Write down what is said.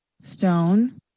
stone